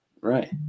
Right